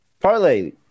Parlay